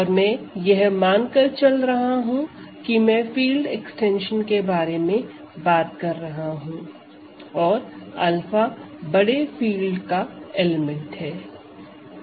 और मैं यह मानकर चल रहा हूं कि मैं फील्ड एक्सटेंशन के बारे में बात कर रहा हूं और 𝛂 बड़े फील्ड का एलिमेंट है